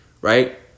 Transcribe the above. right